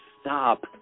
stop